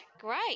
Great